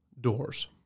doors